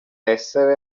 essere